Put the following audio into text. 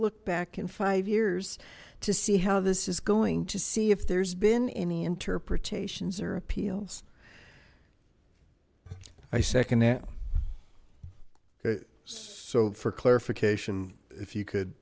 look back in five years to see how this is going to see if there's been any interpretations or appeals i second that so for clarification if you could